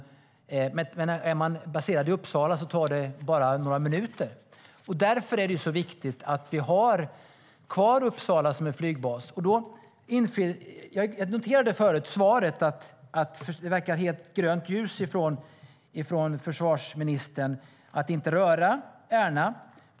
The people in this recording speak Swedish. Är man baserad i Uppsala tar det bara några minuter. Därför är det viktigt att vi har kvar Uppsala som en flygbas. Jag noterade i svaret att det verkar vara grönt ljus från försvarsministern när det gäller att inte röra Ärna.